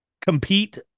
compete